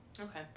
Okay